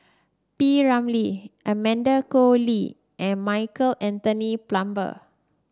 P Ramlee Amanda Koe Lee and Michael Anthony Palmer